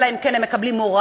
אלא אם כן הם מקבלים הוראה